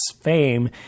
fame